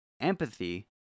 empathy